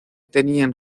tenían